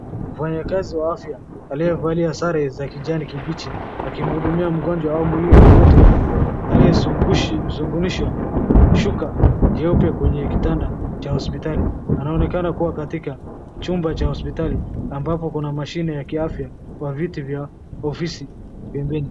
Mfanyikazi wa afya aliyevali sare ya kijani kibichi, akimhudumia mgonjwa au mwili wa mtu aliyezungushwa shuka jeupe kwenye kitanda cha hospital, anaonekana kuwa katika chumba cha hospitali ambapo kuna mashine ya afya na viti vya ofisi pembeni.